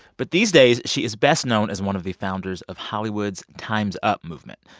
but these days, she is best known as one of the founders of hollywood's time's up movement.